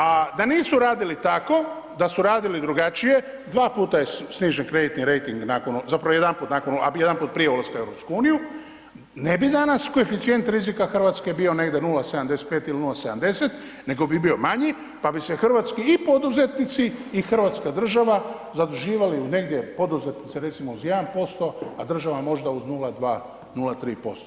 A da nisu radili tako, da su radili drugačije, dva puta je snižen kreditni rejting zapravo jedanput prije ulaska u EU, ne bi danas koeficijent rizika Hrvatske bio negdje 0,75 ili 0,70 nego bi bio manji pa bi se i hrvatski poduzetnici i Hrvatska država zaduživali negdje poduzetnici recimo uz 1%, a država možda uz 0,2, 0,3%